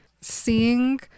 seeing